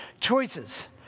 choices